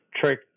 trick